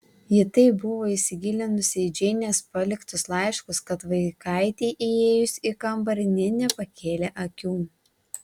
ji taip buvo įsigilinusi į džeinės paliktus laiškus kad vaikaitei įėjus į kambarį nė nepakėlė akių